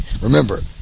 remember